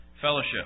fellowship